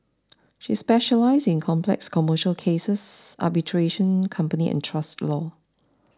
she specialises in complex commercial cases arbitration company and trust law